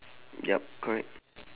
yup correct